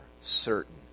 certain